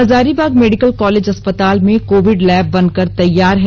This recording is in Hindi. हजारीबाग मेडिकल कॉलेज अस्पताल में कोविड लैब बनकर तैयार है